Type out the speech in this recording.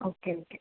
okay okay